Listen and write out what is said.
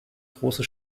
große